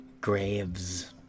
Graves